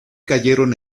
cayeron